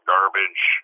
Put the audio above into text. Garbage